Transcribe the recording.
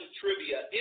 trivia